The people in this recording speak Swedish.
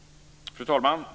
Fru talman!